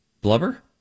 Blubber